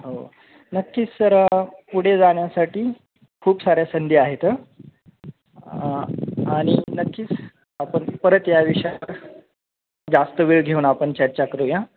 हो नक्कीच सर पुढे जाण्यासाठी खूप साऱ्या संध्या आहेत आणि नक्कीच आपण परत या विषयावर जास्त वेळ घेऊन आपण चर्चा करूया